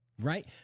right